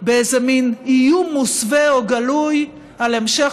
באיזה מין איום מוסווה או גלוי על המשך